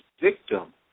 victim